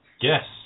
Yes